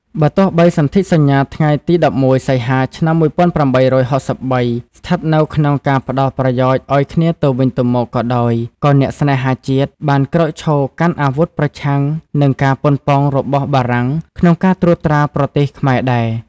បើទោះបីសន្ធិសញ្ញាថ្ងៃទី១១ សីហា ឆ្នាំ ១៨៦៣ ស្ថិតនៅក្នុងការផ្តល់ប្រយោជន៍ឱ្យគ្នាទៅវិញទៅមកក៏ដោយ ក៏អ្នកស្នេហាជាតិ បានក្រោកឈរកាន់អាវុធប្រឆាំងនឹងការប៉ុនប៉ងរបស់បារាំងក្នុងការត្រួតត្រាប្រទេសខ្មែរដែរ។